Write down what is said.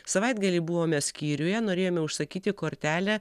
savaitgalį buvome skyriuje norėjome užsakyti kortelę